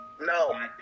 No